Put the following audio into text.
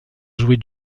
jouer